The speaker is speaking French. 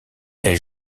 elle